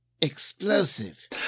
explosive